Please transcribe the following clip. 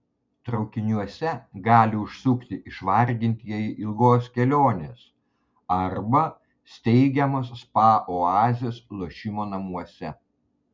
traukiniuose gali užsukti išvargintieji ilgos kelionės arba steigiamos spa oazės lošimo namuose